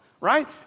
right